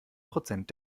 prozent